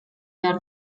behar